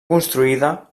construïda